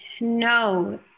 No